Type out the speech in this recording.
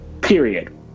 Period